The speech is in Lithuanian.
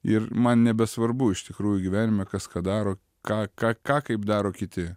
ir man nebesvarbu iš tikrųjų gyvenime kas ką daro ką ką ką kaip daro kiti